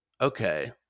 Okay